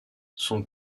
son